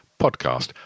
podcast